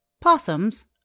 possums